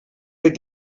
fet